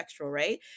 right